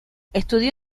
estudió